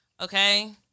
okay